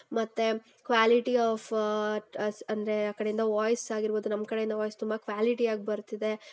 ಮತ್ತೆ quality of ಅಂದರೆ ಆ ಕಡೆಯಿಂದ ವಾಯ್ಸ್ ಆಗಿರ್ಬೋದು ನಮ್ಮ ಕಡೆಯಿಂದ ವಾಯ್ಸ್ ತುಂಬ ಕ್ವ್ಯಾಲಿಟಿ ಆಗಿ ಬರ್ತಿದೆ